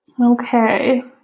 okay